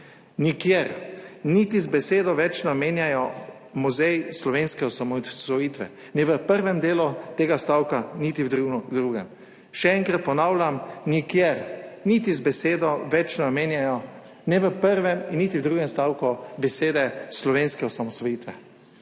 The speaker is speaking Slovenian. Nikjer niti z besedo več ne omenjajo Muzej slovenske osamosvojitve, ne v prvem delu tega stavka, niti v drugem. Še enkrat ponavljam, nikjer niti z besedo več ne omenjajo ne v prvem in niti v drugem stavku besede »slovenske osamosvojitve«.